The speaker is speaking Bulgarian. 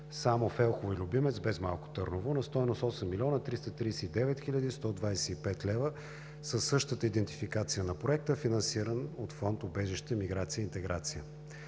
само в Елхово и Любимец, без Малко Търново, на стойност 8 млн. 339 хил. 125 лв. със същата идентификация на проекта, финансиран от Фонд „Убежище, миграция и интеграция“.